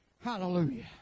Hallelujah